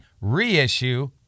reissue